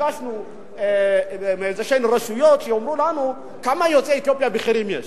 ביקשנו מאיזה רשויות שיאמרו לנו כמה יוצאי אתיופיה בכירים יש.